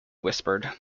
whispered